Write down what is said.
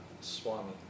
swami